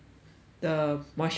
the moisturiser ah